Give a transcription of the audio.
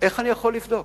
איך אני יכול לבדוק?